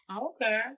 Okay